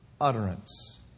utterance